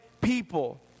people